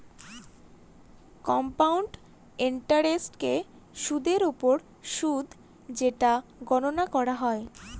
compound ইন্টারেস্টকে সুদের ওপর সুদ যেটা গণনা করা হয়